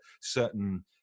certain